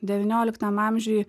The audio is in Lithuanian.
devynioliktam amžiuj